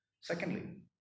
Secondly